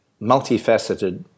multifaceted